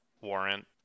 warrant